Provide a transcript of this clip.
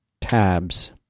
Tabs